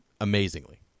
amazingly